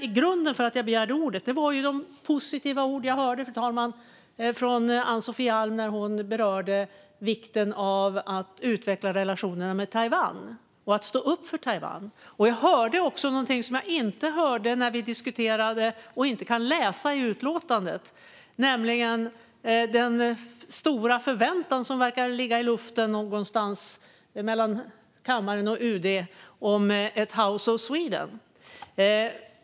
Anledningen till att jag begärde ordet var de positiva ord jag hörde från Ann-Sofie Alm, fru talman, när hon berörde vikten av att utveckla relationerna med Taiwan och att stå upp för Taiwan. Jag hörde någonting som jag inte kan läsa om i betänkandet, nämligen den stora förväntan som verkar ligga i luften någonstans mellan kammaren och UD om ett House of Sweden.